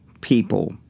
people